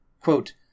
Quote